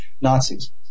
Nazis